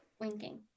winking